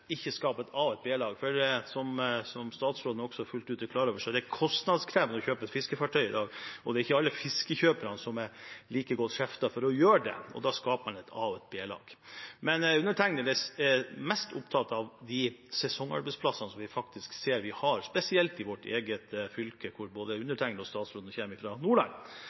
ikke å skape et a-lag og et b-lag, for det er, som statsråden også fullt ut er klar over, kostnadskrevende å kjøpe et fiskefartøy i dag, og det er ikke alle fiskekjøpere som er like godt «skjeftet» for å gjøre det. Da skaper man et a-lag og et b-lag. Men undertegnede er mest opptatt av de sesongarbeidsplassene som vi ser vi har, spesielt i vårt eget hjemfylke, som både undertegnede og statsråden kommer fra, Nordland,